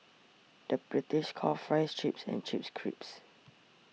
the British calls Fries Chips and Chips Crisps